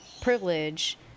privilege